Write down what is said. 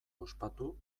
ospatu